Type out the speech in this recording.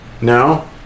No